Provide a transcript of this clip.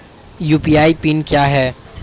UPI PIN क्या है?